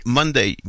Monday